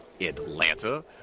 Atlanta